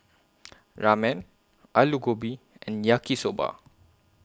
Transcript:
Ramen Alu Gobi and Yaki Soba